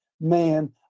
man